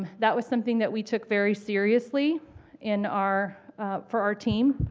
that was something that we took very seriously in our for our team.